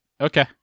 Okay